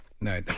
No